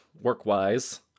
work-wise